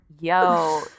Yo